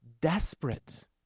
desperate